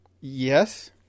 Yes